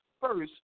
first